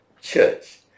church